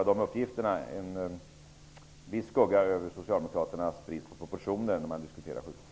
Den uppgiften kastar en viss skugga över socialdemokraternas brist på proportioner i diskussionen om sjukvården.